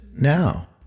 now